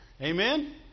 Amen